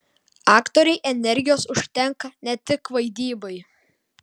aktorei energijos užtenka ne tik vaidybai